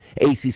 ACC